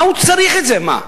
מה הוא צריך את זה, מה?